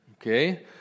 Okay